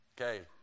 okay